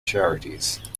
charities